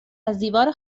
ازدیوار